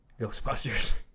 Ghostbusters